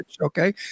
okay